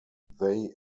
they